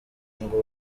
ngo